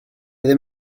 ddim